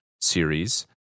series